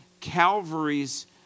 Calvary's